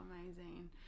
amazing